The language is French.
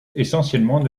essentiellement